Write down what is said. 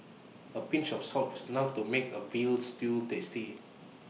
A pinch of salt is enough to make A Veal Stew tasty